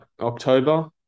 October